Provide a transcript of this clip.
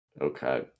Okay